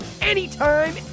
anytime